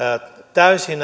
täysin